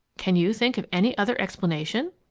can you think of any other explanation?